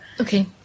Okay